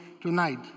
tonight